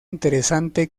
interesante